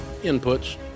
Inputs